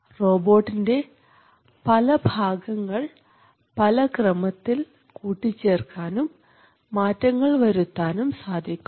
റോബോട്ടിൻറെ പല ഭാഗങ്ങൾ പല ക്രമത്തിൽ കൂട്ടിച്ചേർക്കാനും മാറ്റങ്ങൾ വരുത്താനും സാധിക്കും